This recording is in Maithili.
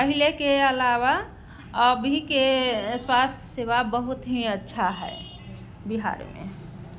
पहिलेके अलावा अभीके स्वास्थ्य सेवा बहुत ही अच्छा हय बिहारमे